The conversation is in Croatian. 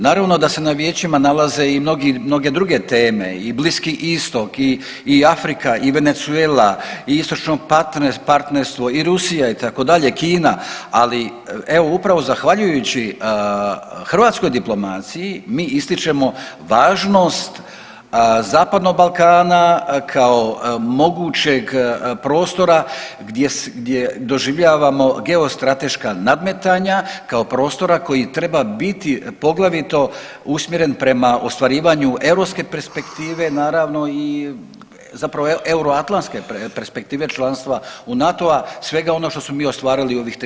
Naravno da se na vijećima nalaze i mnoge druge teme i Bliski Istok i Afrika i Venezuela i Istočno partnerstvo i Rusija itd., Kina, ali evo upravo zahvaljujući hrvatskoj diplomaciji mi ističemo važnost zapadnog Balkana kao mogućeg prostora gdje doživljavamo geostrateška nadmetanja kao prostora koji treba biti poglavito usmjeren prema ostvarivanju europske perspektive, naravno i, zapravo euroatlantske perspektive članstva u NATO-a, svega onoga što smo mi ostvarili u ovih 30.g.